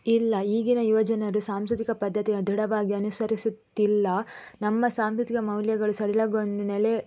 ಇಲ್ಲ ಈಗಿನ ಯುವಜನರು ಸಾಂಸ್ಕೃತಿಕ ಪದ್ಧತಿಯನ್ನು ದೃಢವಾಗಿ ಅನುಸರಿಸುತ್ತಿಲ್ಲ ನಮ್ಮ ಸಾಂಸ್ಕೃತಿಕ ಮೌಲ್ಯಗಳು ಸಡಿಲಗೊಂಡು ನೆಲೆ